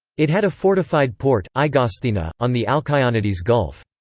it had a fortified port, aigosthena, on the alkyonides gulf.